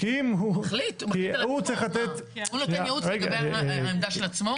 הוא נותן ייעוץ לגבי העמדה של עצמו?